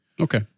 Okay